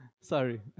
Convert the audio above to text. sorry